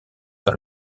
dans